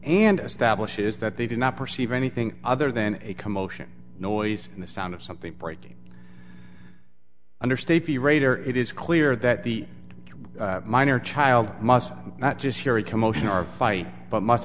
and establishes that they did not perceive anything other than a commotion noise and the sound of something breaking understate the rater it is clear that the minor child must not just carry commotion or fight but mu